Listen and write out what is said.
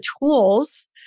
tools